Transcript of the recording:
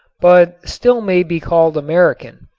but still may be called american.